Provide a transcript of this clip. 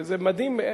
וזה מדהים,